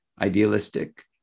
idealistic